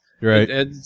right